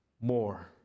more